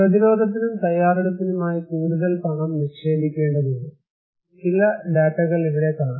പ്രതിരോധത്തിനും തയ്യാറെടുപ്പിനുമായി കൂടുതൽ പണം നിക്ഷേപിക്കേണ്ടതുണ്ടെന്ന് ചില ഡാറ്റകൾ ഇവിടെ കാണാം